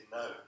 no